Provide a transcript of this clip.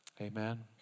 Amen